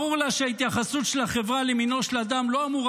ברור לה שההתייחסות של החברה למינו של האדם לא אמורה